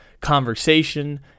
conversation